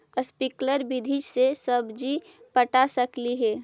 Sprinkle विधि से सब्जी पटा सकली हे?